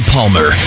Palmer